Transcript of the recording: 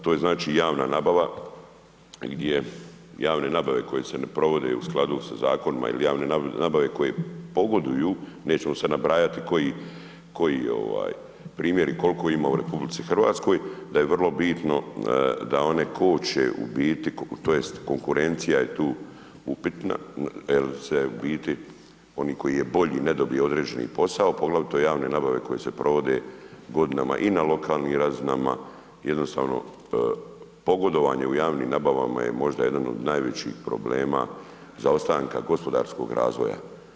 To je znači javna nabava gdje javne nabave koje se ne provode u skladu sa zakonima ili javne nabave koje pogoduju, nećemo sada nabrajati koji primjeri i koliko ima u RH da je vrlo bitno da one koče u biti, tj. konkurencija je tu upitna jer se u biti onaj koji je bolji ne dobije određeni posao, poglavito javne nabave koje se provode godinama i na lokalnim razinama, jednostavno pogodovanje u javnim nabavama je možda jedan od najvećih problema zaostanka gospodarskog razvoja.